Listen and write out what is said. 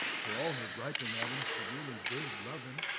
for all her griping at him, she really did love him.